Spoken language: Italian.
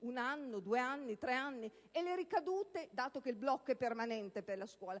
Un anno, due anni, tre anni? E le ricadute, dato che il blocco è permanente per la scuola,